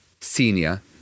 Senior